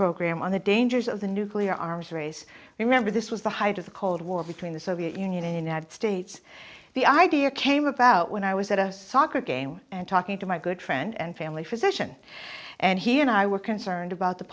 program on the dangers of the nuclear arms race remember this was the height of the cold war between the soviet union in united states the idea came about when i was at a soccer game and talking to my good friend and family physician and he and i were concerned about the